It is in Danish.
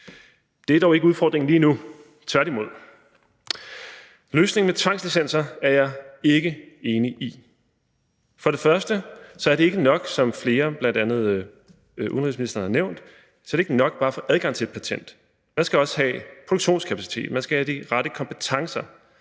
Det er dog ikke udfordringen lige nu. Tværtimod. Løsningen med tvangslicenser er jeg ikke enig i. For det første er det, som flere har nævnt, bl.a. udenrigsministeren, ikke nok bare at få adgang til et patent, men man skal også have produktionskapacitet, og man skal have de rette kompetencer.